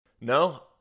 No